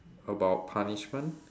about punishment